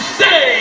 say